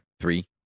Three